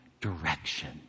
direction